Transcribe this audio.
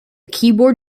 keyboard